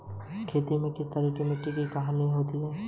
खेती के किस तरीके से मिट्टी की हानि हो सकती है?